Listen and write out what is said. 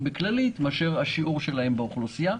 בכללית מאשר השיעור שלהם באוכלוסייה.